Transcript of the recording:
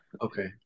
Okay